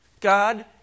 God